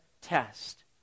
test